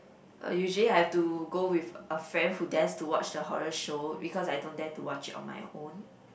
uh usually I've to go with a friend who dares to watch the horror show because I don't dare to watch it on my own